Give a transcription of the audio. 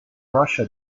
russia